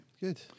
good